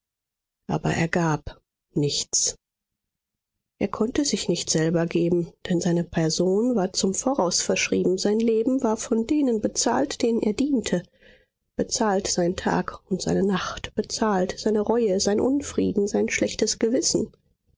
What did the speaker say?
aber er gab nichts er konnte sich nicht selber geben denn seine person war zum voraus verschrieben sein leben war von denen bezahlt denen er diente bezahlt sein tag und seine nacht bezahlt seine reue sein unfrieden sein schlechtes gewissen